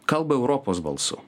kalba europos balsu